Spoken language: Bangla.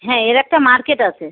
হ্যাঁ এর একটা মার্কেট আছে